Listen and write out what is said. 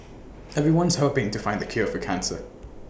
everyone's hoping to find the cure for cancer